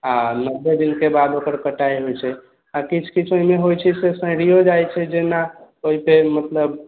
आ नबे दिनके बाद ओकर कटाइ होइत छै आ किछु किछु ओहिमे होइत छै से सड़िओ जाइत छै जेना होइत छै मतलब